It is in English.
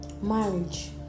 Marriage